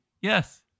Yes